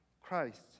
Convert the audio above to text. Christ